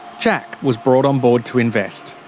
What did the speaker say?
jack was brought on board to invest.